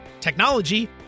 technology